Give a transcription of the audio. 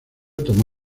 tomó